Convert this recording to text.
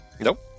Nope